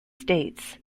states